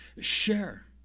Share